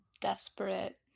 desperate